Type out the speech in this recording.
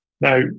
Now